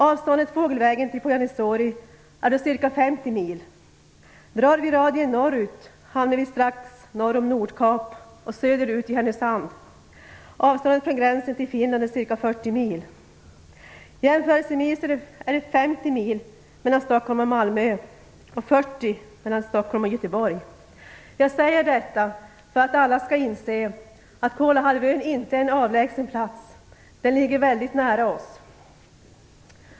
Avståndet fågelvägen till Polyarny Zory är då ca 50 mil. Drar vi radien norrut hamnar vi strax norr om Nordkap och söderut i Härnösand. Avståndet från gränsen till Finland är ca 40 mil. Jämförelsevis kan vi notera att det är 50 mil mellan Stockholm och Malmö och 40 mil mellan Stockholm och Göteborg. Jag säger detta för att alla skall inse att Kolahalvön inte är en avlägsen plats. Den ligger mycket nära oss.